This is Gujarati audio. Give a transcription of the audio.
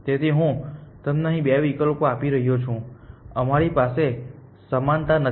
તેથી હું તમને અહીં બે વિકલ્પો આપી રહ્યો છું અમારી પાસે સમાનતા નથી